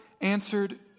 answered